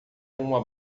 uma